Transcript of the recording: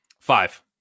Five